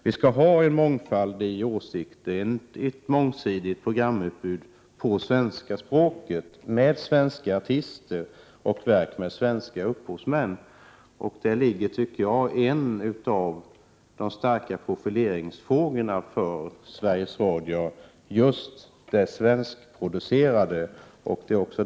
Vi skall ha mångfald i åsikter och ett mångsidigt programutbud på svenska språket, ett programutbud med svenska artister och med verk av svenska upphovsmän. Just det svenskproducerade är en av de stora profileringsmöjligheterna för Sveriges Radio.